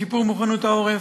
בשיפור מוכנות העורף.